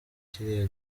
kiriya